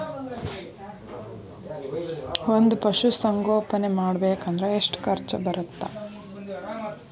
ಒಂದ್ ಪಶುಸಂಗೋಪನೆ ಮಾಡ್ಬೇಕ್ ಅಂದ್ರ ಎಷ್ಟ ಖರ್ಚ್ ಬರತ್ತ?